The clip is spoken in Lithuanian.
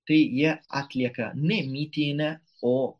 tai jie atlieka ne mitinę o